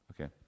Okay